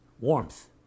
warmth